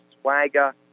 swagger